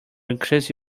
increase